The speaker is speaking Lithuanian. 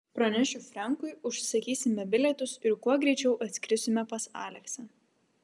pranešiu frenkui užsisakysime bilietus ir kuo greičiau atskrisime pas aleksą